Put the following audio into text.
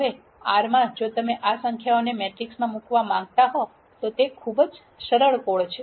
હવે R માં જો તમે આ સંખ્યાઓને મેટ્રિક્સમાં મુકવા માંગતા હો તો તે ખૂબ જ સરળ કોડ છે